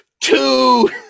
Two